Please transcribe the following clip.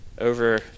over